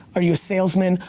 are you a salesman?